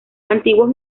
antiguos